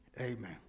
amen